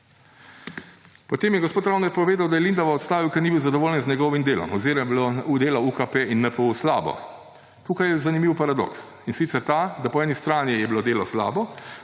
Potem je gospod Travner povedal, da je Lindava odstavil, ker ni bil zadovoljen z njegovim delom oziroma je bilo delo UKP in NPU slabo. Tukaj je zanimiv paradoks, in sicer ta, da po eni strani je bilo delo slabo,